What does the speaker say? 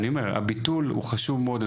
אני אומר, הביטול הוא חשוב מאוד.